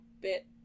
bit